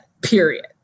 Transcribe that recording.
period